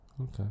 Okay